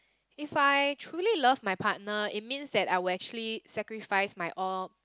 if I truly love my partner it means that I'll actually sacrifices my all